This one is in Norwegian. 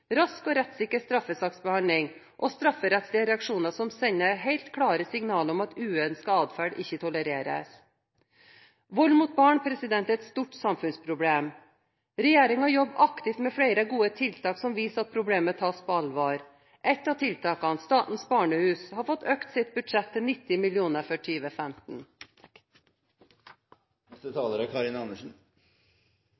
rask og rettssikker straffesaksbehandling og strafferettslige reaksjoner som sender helt klare signaler om at uønsket atferd ikke tolereres. Vold mot barn er et stort samfunnsproblem. Regjeringen jobber aktivt med flere gode tiltak som viser at problemet tas på alvor. Ett av tiltakene, Statens Barnehus, har fått økt sitt budsjett til 90 mill. kr for